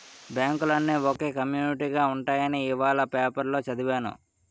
బాంకులన్నీ ఒకే కమ్యునీటిగా ఉంటాయని ఇవాల పేపరులో చదివాను